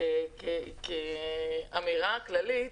כאמירה כללית,